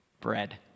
Bread